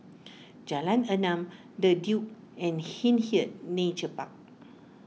Jalan Enam the Duke and Hindhede Nature Park